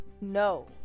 No